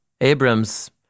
Abram's